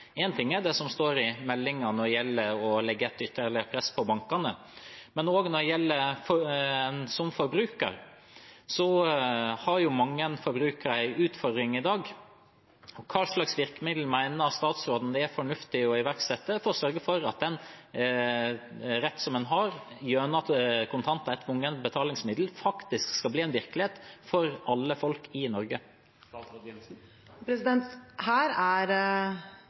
ting er det som står i meldingen når det gjelder å legge et ytterligere press på bankene, men også som forbruker har mange en utfordring i dag. Hva slags virkemidler mener statsråden det er fornuftig å iverksette for å sørge for at den rett en har gjennom at kontanter er et tvungent betalingsmiddel, skal bli en virkelighet for alle folk i Norge?